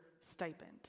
stipend